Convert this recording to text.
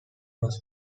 was